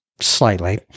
slightly